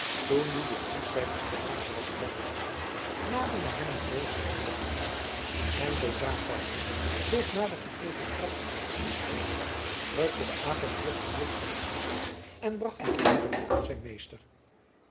toen nu de fries bij de stellage was komen staan naderde hem het boosaardige dier en zoodra feiko zich na den gegeven trap in postuur stelde rukte de aap hem vlug de muts van t hoofd en bracht die grinnekende aan zijn meester